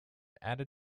added